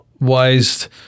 wise